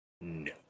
No